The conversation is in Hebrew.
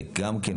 וגם כן,